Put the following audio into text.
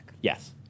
Yes